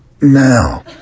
now